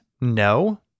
no